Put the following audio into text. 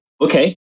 Okay